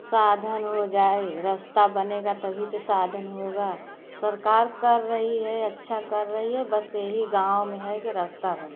साधन हो जाए रास्ता बनेगा तभी तो साधन होगा सरकार कर रही है अच्छा कर रही है बस यही गाँव में है कि रास्ता बन